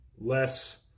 less